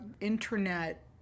internet